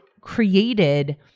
created